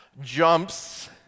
jumps